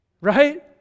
right